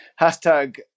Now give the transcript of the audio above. hashtag